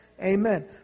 amen